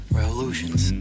revolutions